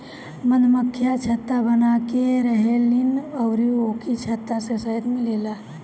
मधुमक्खियाँ छत्ता बनाके रहेलीन अउरी ओही छत्ता से शहद मिलेला